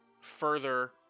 further